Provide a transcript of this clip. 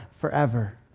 forever